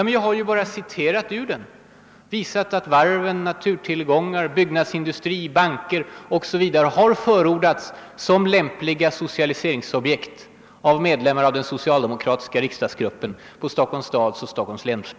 Men jag har ju bara citerat ur den, visat att varv, naturtillgångar, byggnadsindustri, banker o. s. v. förordas som lämpliga socialiseringsobjekt av medlemmar av den socialdemokratiska riksdagsgruppen från Stockholms stad och Stockholms län.